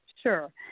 Sure